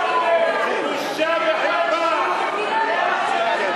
בושה וחרפה.